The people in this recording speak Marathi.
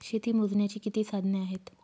शेती मोजण्याची किती साधने आहेत?